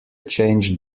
change